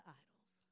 idols